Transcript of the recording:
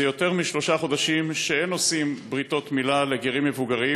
זה יותר משלושה חודשים שאין עושים ברית-מילה לגרים מבוגרים,